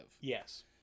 Yes